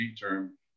term